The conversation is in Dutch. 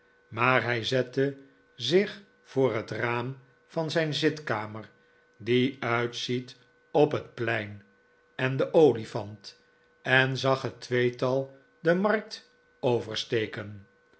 maar hij zette zich voor het raam van zijn zitkamer die uitziet op het plein en de olifant en zag het tweetal de markt oversteken